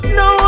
no